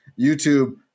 YouTube